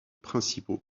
principaux